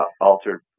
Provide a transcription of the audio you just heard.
altered